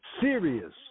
serious